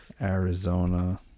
arizona